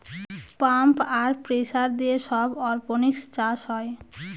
pump আর pressure দিয়ে সব অরপনিক্স চাষ হয়